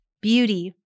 beauty